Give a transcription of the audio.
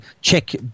check